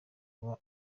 kuba